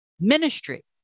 ministry